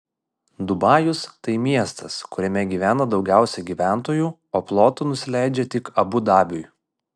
dubajus tai miestas kuriame gyvena daugiausiai gyventojų o plotu nusileidžia tik abu dabiui